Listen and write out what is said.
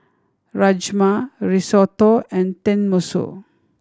Rajma Risotto and Tenmusu